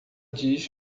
diz